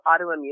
autoimmune